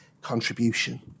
contribution